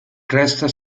cresta